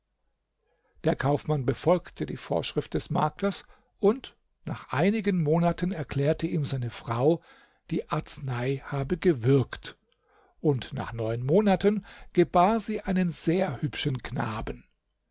der kaufmann befolgte die vorschrift des maklers und nach einigen monaten erklärte ihm seine frau die arznei habe gewirkt und nach neun monaten gebar sie einen sehr hübschen knaben